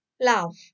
love